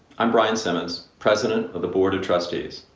i'm brian simmons, president of the board of trustees.